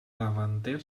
davanter